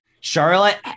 Charlotte